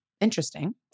interesting